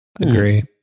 Agree